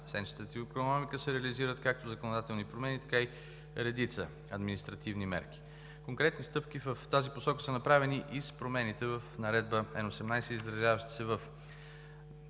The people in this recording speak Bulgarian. сенчестата икономика се реализират както законодателни промени, така и редица административни мерки. Конкретни стъпки в тази посока са направени и с промените в Наредба Н-18, изразяващи се в: